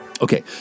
Okay